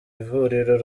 ivuriro